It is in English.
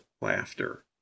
laughter